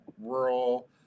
rural